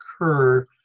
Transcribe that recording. occur